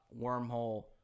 wormhole